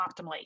optimally